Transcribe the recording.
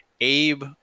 abe